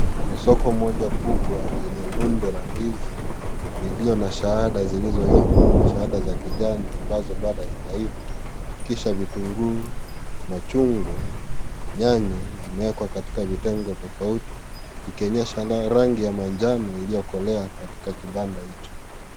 Ni soko moja kubwa yenye rundo la ndizi iliyo na shahada zilizoiva na shahada za kijani ambazo bado hazijaiva kisha vitunguu, machungwa, nyanya zimeekwa katika vitengo tofauti ikionyesha rangi ya manjano iliyokolea katika kibanda hicho.